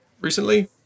recently